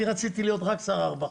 אני רציתי להיות רק שר הרווחה,